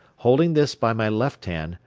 holding this by my left hand,